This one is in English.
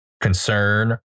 concern